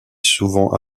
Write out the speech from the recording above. souvent